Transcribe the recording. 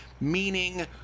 meaning